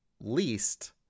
least